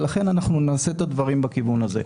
ולכן אנחנו נעשה את הדברים בכיוון הזה.